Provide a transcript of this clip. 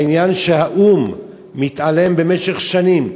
העניין, שהאו"ם מתעלם במשך שנים.